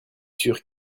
sûr